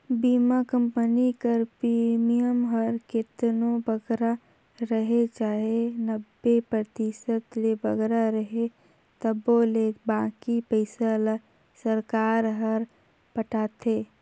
बीमा कंपनी कर प्रीमियम हर केतनो बगरा रहें चाहे नब्बे परतिसत ले बगरा रहे तबो ले बाकी पइसा ल सरकार हर पटाथे